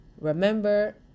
remember